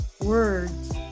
words